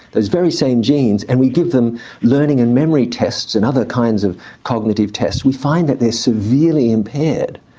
those very same genes, and we give them learning and memory tests and other kinds of cognitive tests, we find that they're so severally impaired.